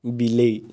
ବିଲେଇ